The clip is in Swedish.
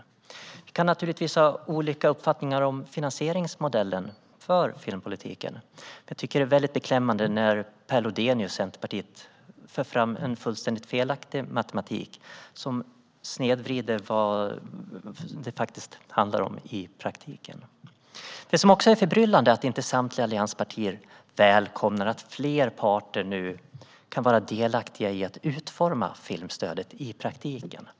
Vi kan naturligtvis ha olika uppfattningar om finansieringsmodellen för filmpolitiken, men jag tycker att det är väldigt beklämmande när Per Lodenius från Centerpartiet för fram en fullständigt felaktig matematik som snedvrider vad det faktiskt handlar om i praktiken. Det som också är förbryllande är att inte samtliga allianspartier välkomnar att fler parter nu kan vara delaktiga i att utforma filmstödet i praktiken.